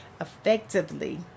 effectively